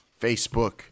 Facebook